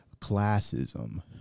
classism